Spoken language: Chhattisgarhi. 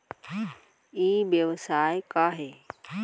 ई व्यवसाय का हे?